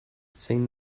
zein